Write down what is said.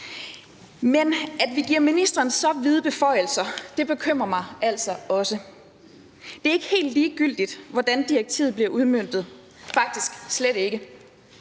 Men at vi giver ministeren så vide beføjelser, bekymrer mig altså også. Det er ikke helt ligegyldigt, hvordan direktivet bliver udmøntet – faktisk slet ikke.